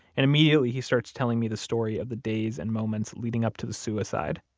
and immediately he starts telling me the story of the days and moments leading up to the suicide.